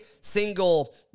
single